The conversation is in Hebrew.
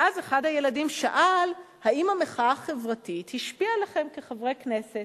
ואז אחד הילדים שאל: האם המחאה החברתית השפיעה עליכם כחברי כנסת?